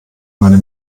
meine